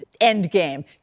endgame